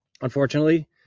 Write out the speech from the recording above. Unfortunately